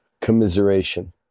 commiseration